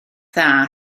dda